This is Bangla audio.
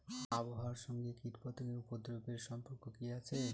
আবহাওয়ার সঙ্গে কীটপতঙ্গের উপদ্রব এর সম্পর্ক কি আছে?